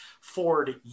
Ford